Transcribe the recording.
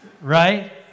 right